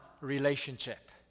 relationship